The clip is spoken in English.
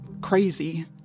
crazy